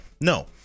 No